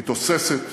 היא תוססת,